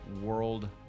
world